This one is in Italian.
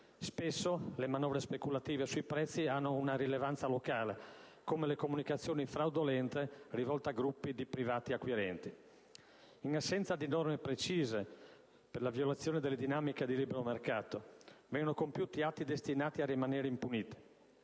Spesso le manovre speculative sui prezzi hanno una rilevanza locale, come le comunicazioni fraudolente rivolte a gruppi di privati acquirenti. In assenza di norme precise per la violazione delle dinamiche di libero mercato vengono compiuti atti destinati a rimanere impuniti.